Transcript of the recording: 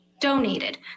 donated